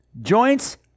Joints